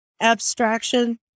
abstraction